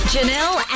Janelle